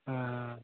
अँ